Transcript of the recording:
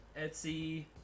Etsy